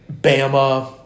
Bama